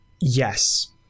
yes